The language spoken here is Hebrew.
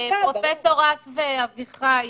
ד"ר האס ואביחי